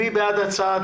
מי בעד הצעת